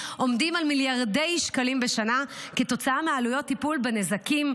הם מיליארדי שקלים בשנה כתוצאה מעלויות טיפול בנזקים,